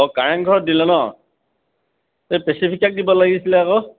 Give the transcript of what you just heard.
অঁ কাৰেণ্ট ঘৰত দিলে ন এই পেছিফিকাক দিব লাগিছিলে আকৌ